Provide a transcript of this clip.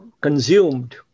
consumed